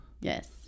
Yes